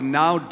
now